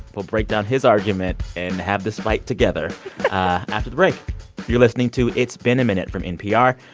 we'll break down his argument and have this fight together after the break you're listening to it's been a minute from npr.